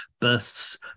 bursts